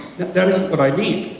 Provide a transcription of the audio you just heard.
that isn't what i mean,